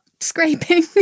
scraping